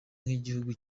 nk’igihugu